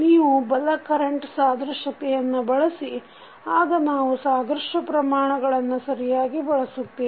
ನೀವು ಬಲ ಕರೆಂಟ್ ಸಾದೃಶ್ಯತೆಯನ್ನು ಬಳಸಿದರೆ ಆಗ ನಾವು ಸಾದೃಶ್ಯ ಪ್ರಮಾಣಗಳನ್ನು ಸರಿಯಾಗಿ ಬಳಸುತ್ತೇವೆ